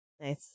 nice